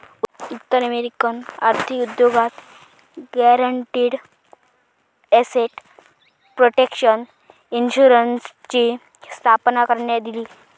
उत्तर अमेरिकन आर्थिक उद्योगात गॅरंटीड एसेट प्रोटेक्शन इन्शुरन्सची स्थापना करण्यात इली